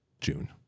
June